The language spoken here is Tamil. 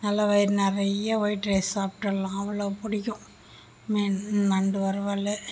நல்ல வயிறு நிறையா ஒய்ட் ரைஸ் சாப்பிட்டுறலாம் அவ்வளோ பிடிக்கும் மீன் நண்டு வறுவல்